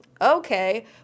okay